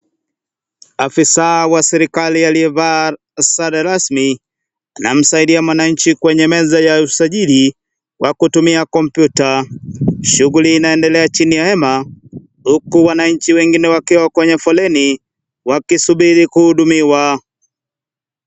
Afisaa wa serikari aliyevaa sare rasmi, anamsaidia mwananchi kwenye meza usajili kwa kutumia kompiuta. Shughli inaendelea chini ya hema, huku wanachi wengine wakiwa kwenye foleni, wakisubiri kuhudumiwa.